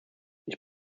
ich